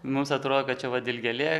mums atrodo kad čia va dilgėlė